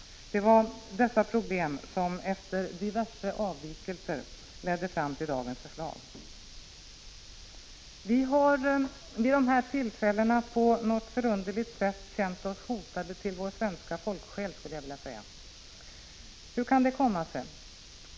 Det var dessa problem som efter diverse avvikelser ledde fram till dagens förslag. Vid de här tillfällena har vi på något förunderligt sätt känt oss hotade till vår svenska folksjäl. Hur kan det komma sig?